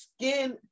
skin